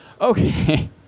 okay